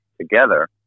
together